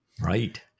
Right